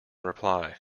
reply